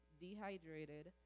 dehydrated